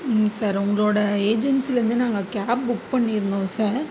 sir உங்களோடய ஏஜென்சிலருந்து நாங்கள் கேப் புக் பண்ணி இருந்தோம் சார்